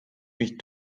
mich